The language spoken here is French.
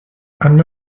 anne